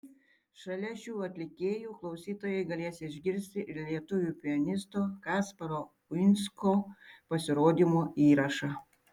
šalia šių atlikėjų klausytojai galės išgirsti ir lietuvių pianisto kasparo uinsko pasirodymo įrašą